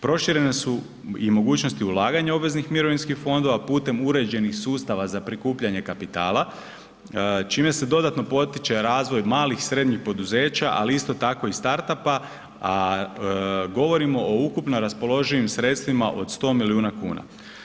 Proširene su i mogućnosti ulaganja obveznih mirovinskih fondova putem uređenih sustava za prikupljanje kapitala čime se dodatno potiče razvoj malih, srednjih poduzeća ali isto tako i startup-a, govorimo o ukupno raspoloživim sredstvima od 100 milijuna kuna.